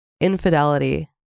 infidelity